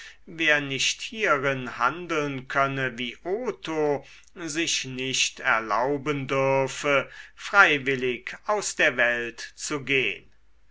wer nicht hierin handeln könne wie otho sich nicht erlauben dürfe freiwillig aus der welt zu gehn